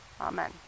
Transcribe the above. Amen